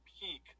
peak